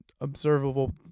observable